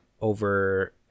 over